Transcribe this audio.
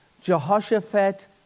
Jehoshaphat